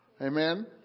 Amen